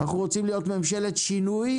אנחנו רוצים להיות ממשלת שינוי,